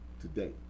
today